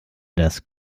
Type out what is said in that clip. das